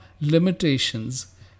limitations